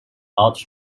out